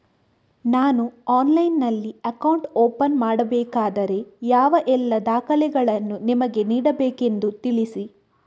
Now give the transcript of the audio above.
ನಾನು ಆನ್ಲೈನ್ನಲ್ಲಿ account open ಮಾಡಬೇಕಾದರೆ ಯಾವ ಎಲ್ಲ ದಾಖಲೆಗಳನ್ನು ನಿಮಗೆ ನೀಡಬೇಕೆಂದು ತಿಳಿಸಿ?